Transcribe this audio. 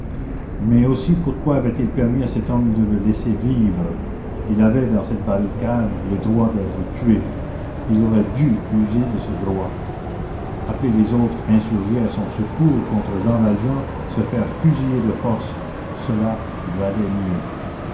mais aussi pourquoi avait-il permis à cet homme de le laisser vivre il avait dans cette barricade le droit d'être tué il aurait dû user de ce droit appeler les autres insurgés à son secours contre jean valjean se faire fusiller de force cela valait mieux